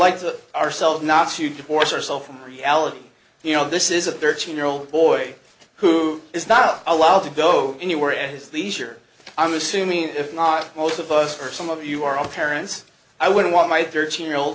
like to ourselves not to divorce yourself from reality you know this is a thirteen year old boy who is not allowed to go anywhere at his leisure i'm assuming if not most of us are some of you are all parents i wouldn't want my thirteen year old